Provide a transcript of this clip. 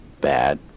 bad